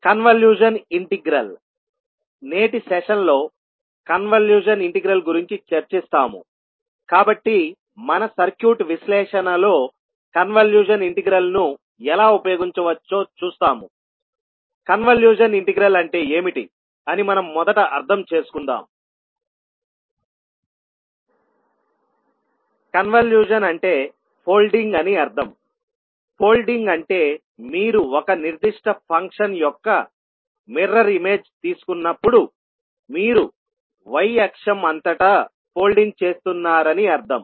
convolution అంటే folding అని అర్థం ఫోల్డింగ్ అంటే మీరు ఒక నిర్దిష్ట ఫంక్షన్ యొక్క మిర్రర్ ఇమేజ్ తీసుకున్నప్పుడు మీరు y అక్షం అంతటా ఫోల్డింగ్ చేస్తున్నారని అర్థం